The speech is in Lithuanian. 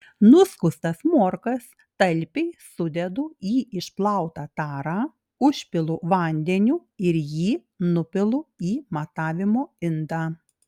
nuskustas morkas talpiai sudedu į išplautą tarą užpilu vandeniu ir jį nupilu į matavimo indą